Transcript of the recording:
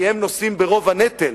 כי הם נושאים ברוב הנטל.